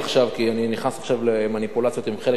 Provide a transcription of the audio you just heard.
כי אני נכנס עכשיו למניפולציות עם חלק מראשי